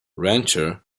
rancher